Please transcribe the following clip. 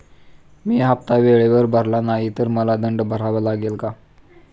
मी हफ्ता वेळेवर भरला नाही तर मला दंड भरावा लागेल का?